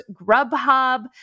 Grubhub